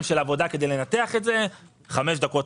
של עבודה כדי לנתח את זה הוא יכול לעשות את זה תוך חמש דקות.